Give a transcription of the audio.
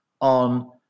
on